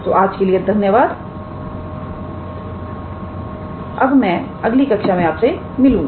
तो आज के लिए धन्यवाद और अब मैं अगली कक्षा में आप से मिलूंगी